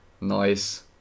Nice